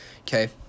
okay